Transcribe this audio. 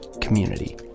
community